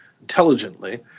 intelligently